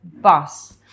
bus